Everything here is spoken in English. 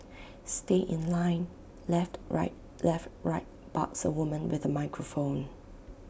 stay in line left right left right barks A woman with A microphone